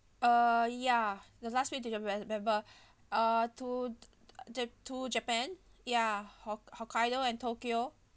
uh ya the last week december uh to to japan ya hok~ hokkaido and tokyo